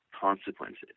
consequences